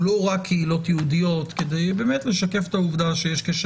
הוא לא רק קהילות יהודיות כדי לשקף את העובדה שיש קשר